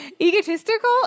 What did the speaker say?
egotistical